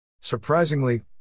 Surprisingly